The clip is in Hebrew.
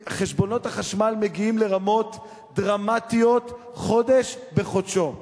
חשבונות החשמל מגיעים לרמות דרמטיות מדי חודש בחודשו.